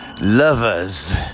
lovers